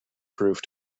proof